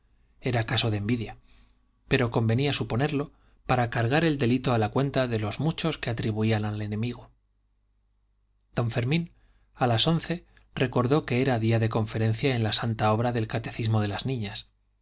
era caso de envidia pero convenía suponerlo para cargar el delito a la cuenta de los muchos que atribuían al enemigo don fermín a las once recordó que era día de conferencia en la santa obra del catecismo de las niñas